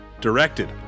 directed